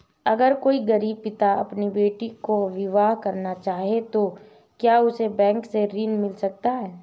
अगर कोई गरीब पिता अपनी बेटी का विवाह करना चाहे तो क्या उसे बैंक से ऋण मिल सकता है?